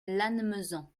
lannemezan